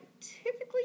typically